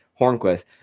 Hornquist